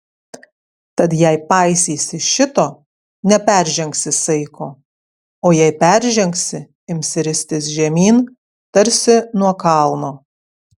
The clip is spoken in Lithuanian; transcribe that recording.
tad jei paisysi šito neperžengsi saiko o jei peržengsi imsi ristis žemyn tarsi nuo kalno